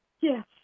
Yes